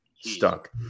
stuck